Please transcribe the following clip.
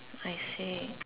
I see